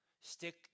stick